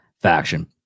faction